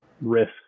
risk